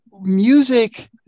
music